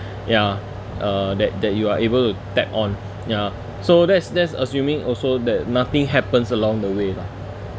ya uh that that you are able to tap on ya so that's that's assuming also that nothing happens along the way lah